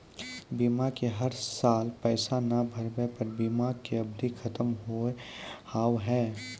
बीमा के हर साल पैसा ना भरे पर बीमा के अवधि खत्म हो हाव हाय?